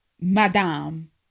Madame